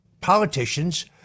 politicians